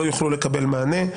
לא יוכלו לקבל מענה.